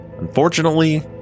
Unfortunately